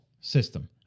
system